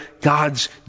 God's